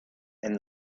and